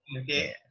okay